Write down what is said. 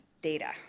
data